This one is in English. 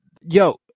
Yo